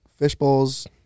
fishbowls